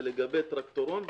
זה לגבי טרקטורון ואופנוע,